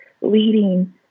leading